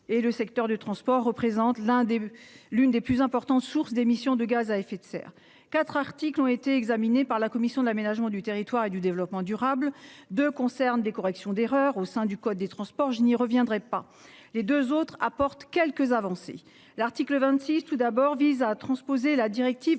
et le secteur du transport représente l'un des l'une des plus importants source d'émissions de gaz à effet de serre 4 articles ont été examinés par la commission de l'aménagement du territoire et du développement durable, deux concernent des corrections d'erreurs au sein du code des transports. Je n'y reviendrai pas. Les 2 autres apportent quelques avancées. L'article 26 tout d'abord vise à transposer la directive